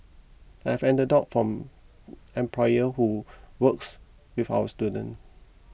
I have anecdotes from employer who works with our students